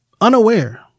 unaware